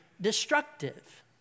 destructive